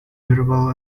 durable